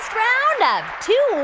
round of two